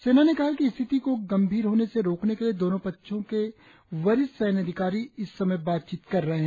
सेना ने कहा है कि स्थिति को गंभीर होने से रोकने के लिए दोनों पक्षों के वरिष्ठ सैन्य अधिकारी इस समय बातचीत कर रहे हैं